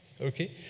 Okay